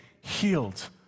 healed